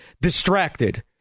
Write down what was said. distracted